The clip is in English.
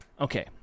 okay